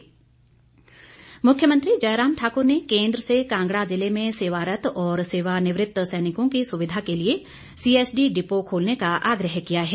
आग्रह सीएम मुख्यमंत्री जयराम ठाकुर ने केन्द्र से कांगड़ा ज़िले में सेवारत्त और सेवानिवृत सैनिकों की सुविधा के लिए सीएसडी डिपो खोलने का आग्रह किया है